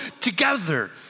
together